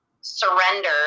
surrender